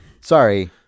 Sorry